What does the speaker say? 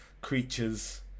creatures